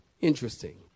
Interesting